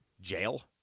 Jail